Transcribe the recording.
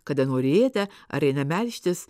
kada nori ėda ar eina melžtis